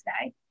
today